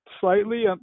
slightly